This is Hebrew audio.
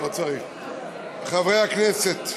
חברי הכנסת,